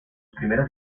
primeras